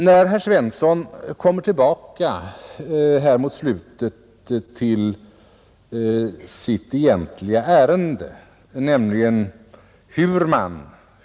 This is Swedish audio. Herr Svensson kommer mot slutet av sitt anförande tillbaka till sitt egentliga ärende.